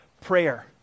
prayer